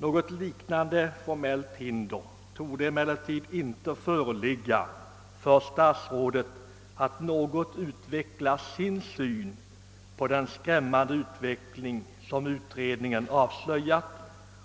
Något liknande formellt hinder torde emellertid inte föreligga för statsrådet att något utveckla sin syn på den skrämmande utveckling, som utredningen avslöjat